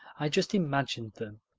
i just imagined them.